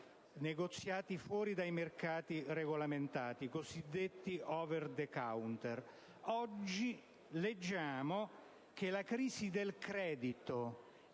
negoziati fuori dai mercati regolamentati, cosiddetti *over the counter*. Oggi leggiamo che la crisi del credito